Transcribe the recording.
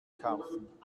kaufen